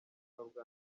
bwanjye